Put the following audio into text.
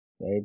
right